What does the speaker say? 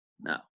No